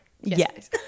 Yes